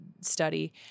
study